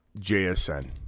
JSN